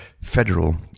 federal